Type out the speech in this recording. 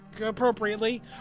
appropriately